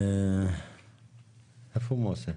איפה מוסי?